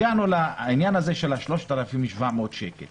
הגענו לעניין של ה-3,700 שקל